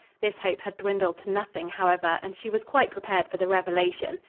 this hope had dwindled to nothing, however, and she was quite prepared for the revelation.